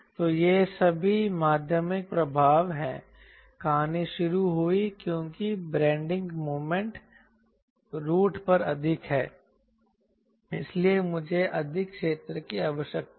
तो ये सभी माध्यमिक प्रभाव हैं कहानी शुरू हुई क्योंकि बेंडिंग मोमेंट रूट पर अधिक है इसलिए मुझे अधिक क्षेत्र की आवश्यकता है